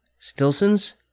Stilson's